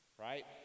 right